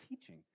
teaching